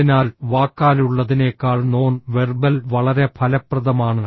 അതിനാൽ വാക്കാലുള്ളതിനേക്കാൾ non verbal വളരെ ഫലപ്രദമാണ്